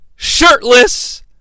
shirtless